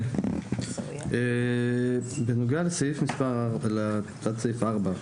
בנוגע לתת סעיף 4,